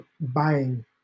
buying